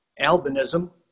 albinism